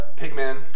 Pigman